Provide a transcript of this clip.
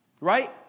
Right